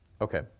Okay